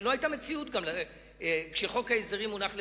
לא היתה מציאות, כשחוק ההסדרים הונח לפתחנו,